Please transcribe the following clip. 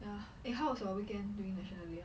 ya eh how's your weekend during national day